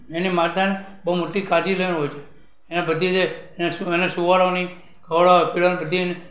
એને માતાને બહુ મોટી કાળજી લેવાની હોય છે એને બધી રીતે એને સુવાડવાની ખવડાવવા પીવડાવવાની બધી એને